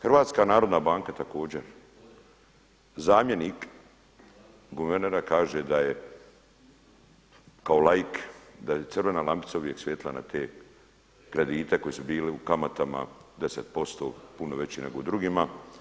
HNB također zamjenik guvernera kaže da je kao laik da je crvena lampica uvijek svjetlila ne te kredite koji su bili u kamatama 10% puno veći nego u drugima.